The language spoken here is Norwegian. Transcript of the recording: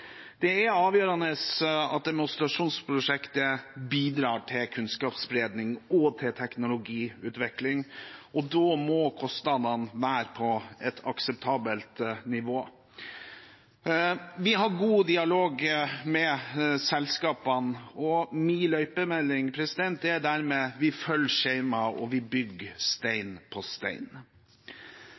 Det er avgjørende at demonstrasjonsprosjektet bidrar til kunnskapsspredning og til teknologiutvikling, og da må kostnadene være på et akseptabelt nivå. Vi har god dialog med selskapene, og min løypemelding er dermed at vi følger skjema, og vi bygger stein på stein.